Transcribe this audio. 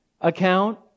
account